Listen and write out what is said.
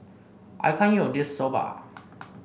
I can't eat all of this Soba